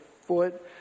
foot